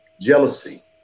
jealousy